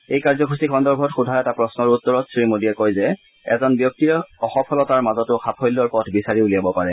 এই কাৰ্যসূচী সন্দৰ্ভত সোধা এটা প্ৰশ্নৰ উত্তৰত শ্ৰী মোদীয়ে কয় যে এজন ব্যক্তিয়ে অসফলতাৰ মাজতো সাফল্যৰ পথ বিচাৰি উলিয়াব পাৰে